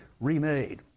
remade